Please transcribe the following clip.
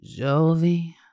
Jovi